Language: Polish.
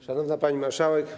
Szanowna Pani Marszałek!